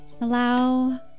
Allow